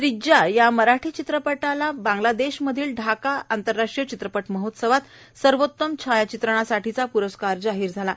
त्रिज्या या मराठी चित्रपटाला बांगलादेशातल्या ढाका आंतरराष्ट्रीय चित्रपट महोत्सवात सर्वोतम छायाचित्रणाचा प्रस्कार जाहीर झाला आहे